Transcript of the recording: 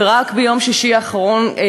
ורק ביום שישי האחרון,